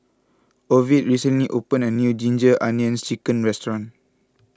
Ovid recently opened a new Ginger Onions Chicken restaurant